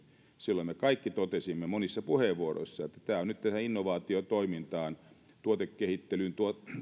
silloin me kaikki totesimme monissa puheenvuoroissa että tämä on nyt innovaatiotoimintaan tuotekehittelyyn